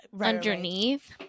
underneath